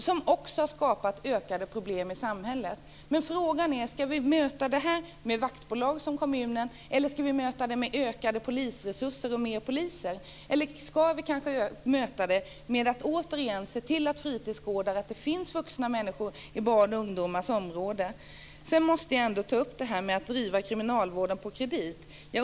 Detta har också skapat ökade problem i samhället. Men frågan är: Ska vi möta problemet med vaktbolag, som i kommunen, eller med ökade polisresurser och mer poliser? Eller ska vi kanske möta det med att återigen se till att det finns fritidsgårdar och att det finns vuxna på barns och ungdomars område? Sedan måste jag ändå ta upp detta med att driva kriminalvården på kredit.